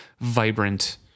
vibrant